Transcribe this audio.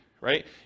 right